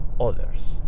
others